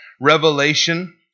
Revelation